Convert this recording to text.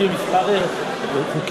יש לי כמה חוקים.